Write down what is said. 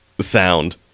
sound